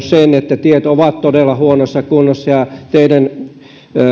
sen että tiet ovat todella huonossa kunnossa ja teiden